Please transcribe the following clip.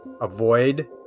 avoid